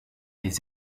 les